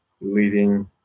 leading